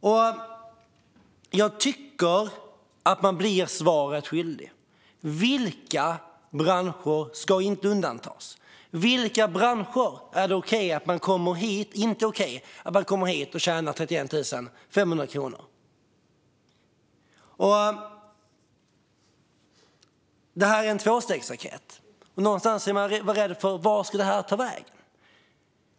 Och jag tycker att man blir svaret skyldig. Vilka branscher ska inte undantas? I vilka branscher är det inte okej att man kommer hit och tjänar 31 500 kronor? Det här är en tvåstegsraket. Någonstans är man rädd för vart den ska ta vägen.